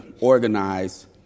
organize